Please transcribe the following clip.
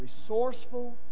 resourceful